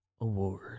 award